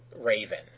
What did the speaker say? Raven